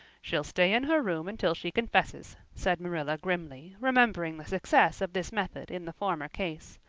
she'll stay in her room until she confesses, said marilla grimly, remembering the success of this method in the former case.